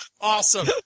Awesome